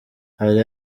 hari